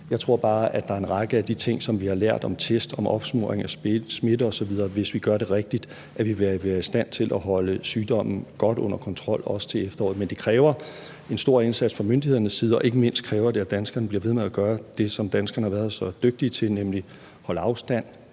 Jeg tror bare, at der er en række ting, som vi har lært, om test og om opsporing af smitte osv. Hvis vi gør det rigtigt, vil vi være i stand til at holde sygdommen godt under kontrol, også til efteråret. Men det kræver en stor indsats fra myndighedernes side, og ikke mindst kræver det, at danskerne bliver ved med at gøre det, som danskerne har været så dygtige til, nemlig at holde afstand,